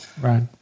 Right